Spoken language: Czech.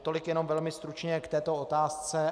Tolik jenom velmi stručně k této otázce.